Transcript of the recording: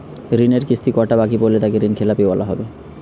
ঋণের কিস্তি কটা বাকি পড়লে তাকে ঋণখেলাপি বলা হবে?